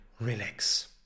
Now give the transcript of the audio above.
relax